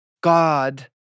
God